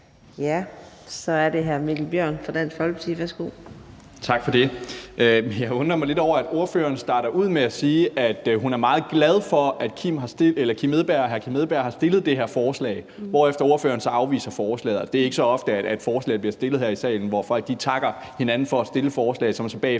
Så er det hr. Mikkel Bjørn fra Dansk Folkeparti. Værsgo. Kl. 10:44 Mikkel Bjørn (DF): Tak for det. Jeg undrer mig lidt over, at ordføreren starter ud med at sige, at hun er meget glad for, at hr. Kim Edberg Andersen har fremsat det her forslag, hvorefter ordføreren så afviser forslaget. Det er ikke så ofte, at forslag bliver fremsat her i salen, hvor folk takker hinanden for at fremsætte forslag, som de så bagefter